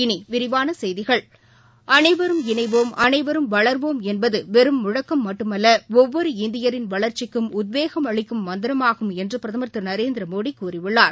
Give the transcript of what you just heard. இனிவிரிவானசெய்திகள் அனைவரும் இணைவோம் அனைவரும் வள்வோம்என்பதுவெறும் முழக்கம் மட்டுமல்லஒவ்வொரு இந்தியனின் வளர்ச்சிக்கும் உத்வேகம் அளிக்கும் மந்திரமாகும் என்றுபிரதமா் திருநரேந்திரமோட்கூறியுள்ளார்